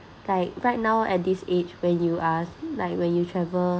like right now at this age when you ask like when you travel